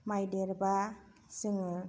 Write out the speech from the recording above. माइ देरब्ला जोङो